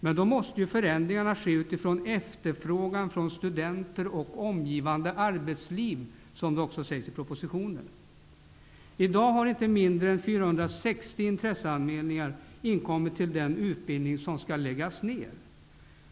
Men då måste förändringarna ske utifrån ''efterfrågan från studenter och omgivande arbetsliv'', som det också sägs i propositionen. I dag har inte mindre än 460 intresseanmälningar inkommit till den utbildning som skall läggas ner.